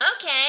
okay